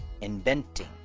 inventing